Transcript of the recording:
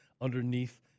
underneath